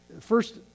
first